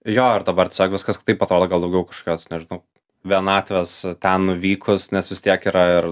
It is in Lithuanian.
jo ir dabar tiesiog viskas kitaip atrodo gal daugiau kažkokios nežinau vienatvės ten nuvykus nes vis tiek yra ir